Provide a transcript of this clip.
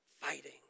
fighting